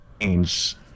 change